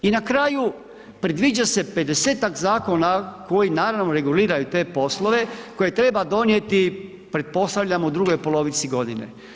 I na kraju, predviđa se 50-ak zakona koji, naravno reguliraju te poslove koje treba donijeti pretpostavljam u drugoj polovici godine.